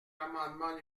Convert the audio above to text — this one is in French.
l’amendement